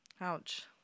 Ouch